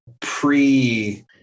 Pre